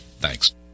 Thanks